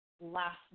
last